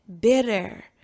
bitter